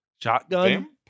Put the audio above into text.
shotgun